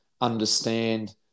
understand